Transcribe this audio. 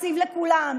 תקציב לכולם.